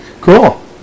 Cool